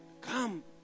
Come